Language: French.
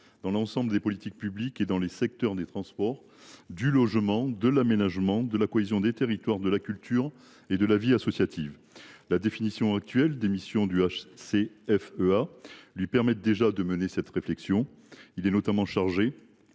dans l’ensemble des politiques publiques et dans les secteurs des transports, du logement, de l’aménagement, de la cohésion des territoires, de la culture et de la vie associative ». La définition actuelle des missions du HCFEA lui permet déjà de mener cette réflexion. Il est notamment chargé